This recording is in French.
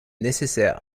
nécessaire